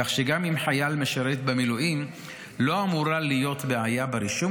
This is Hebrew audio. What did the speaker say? כך שגם לחייל המשרת במילואים לא אמורה להיות בעיה ברישום,